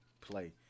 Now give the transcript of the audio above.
play